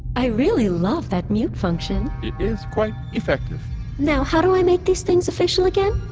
i really love that mute function it is quite effective now how do i make these things official again?